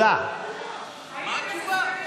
מה התשובה?